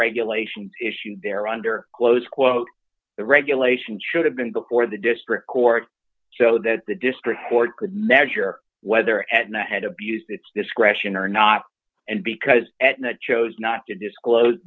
regulations issued there under close quote the regulation should have been before the district court so that the district court could measure whether at and i had abused its discretion or not and because at that chose not to disclose